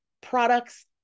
products